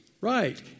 Right